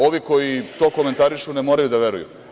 Ovi koji to komentarišu, ne moraju da veruju.